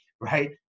Right